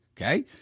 okay